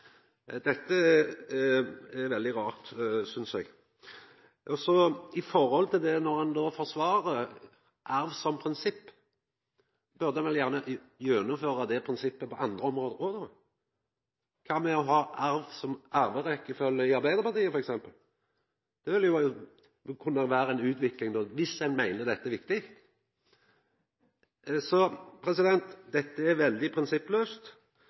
Dette synest eg er veldig rart. Når han no forsvarar arv som prinsipp, burde ein vel gjennomføra det prinsippet på andre område òg. Kva med å ha arverekkefølge i Arbeidarpartiet f.eks? Det ville jo kunne vera ei utvikling – dersom ein meiner dette er viktig. Så dette er veldig prinsipplaust,